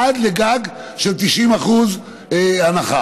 עד גג של 90% הנחה.